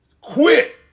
Quit